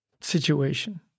situation